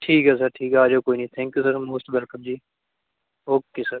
ਠੀਕ ਹੈ ਸਰ ਠੀਕ ਹੈ ਆ ਜਾਇਓ ਕੋਈ ਨਹੀਂ thank you sir most welcome ji okay sir